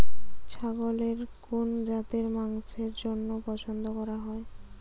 ছাগলের কোন জাতের মাংসের জন্য পছন্দ করা হয়?